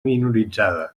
minoritzades